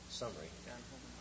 summary